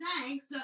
thanks